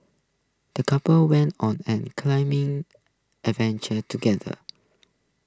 the couple went on an claiming adventure together